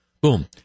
Boom